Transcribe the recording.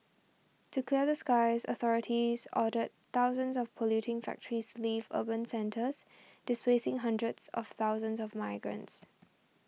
to clear the skies authorities ordered thousands of polluting factories leave urban centres displacing hundreds of thousands of migrants